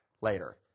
later